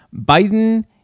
Biden